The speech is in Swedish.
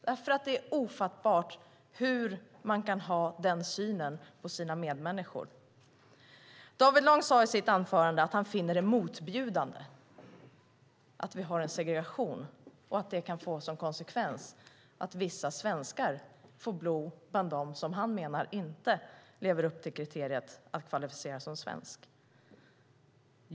Det är ofattbart hur man kan ha den synen på sina medmänniskor. David Lång sade i sitt anförande att han finner det motbjudande att vi har en segregation och att det kan få som konsekvens att vissa svenskar får bo bland dem som han menar inte lever upp till kriterierna för att kvalificeras som svensk.